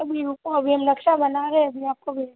अभी रुको अभी नक्शा बना रहे है अभी आपको भेज देंगे